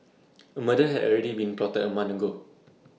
A murder had already been plotted A month ago